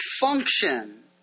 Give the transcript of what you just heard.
function